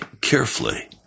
carefully